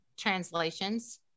translations